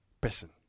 person